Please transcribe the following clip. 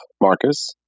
Marcus